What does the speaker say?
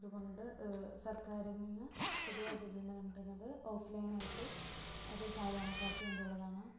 അതുകൊണ്ട് സര്ക്കാരിൽ നിന്ന് പുതിയ വൈദ്യുത ബന്ധം കിട്ടുന്നത് ഓഫ്ലൈനായിട്ട് അത് സാധാരണക്കാര്ക്ക് വേണ്ടിയുള്ളതാണ്